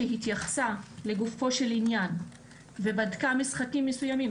שהתייחסה לגופו של עניין ובדקה משחקים מסוימים,